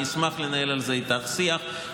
אני אשמח לנהל על זה איתך שיח,